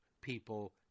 people